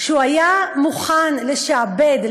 שהוא היה מוכן לשעבד,